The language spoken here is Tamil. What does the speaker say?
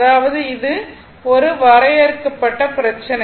அதாவது இது வரையறுக்கப்பட்ட பிரச்சனை